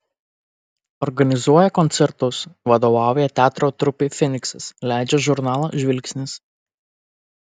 organizuoja koncertus vadovauja teatro trupei feniksas leidžia žurnalą žvilgsnis